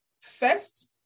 first